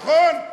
נכון?